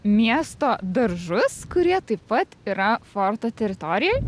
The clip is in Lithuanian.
miesto daržus kurie taip pat yra forto teritorijoj